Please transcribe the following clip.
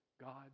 God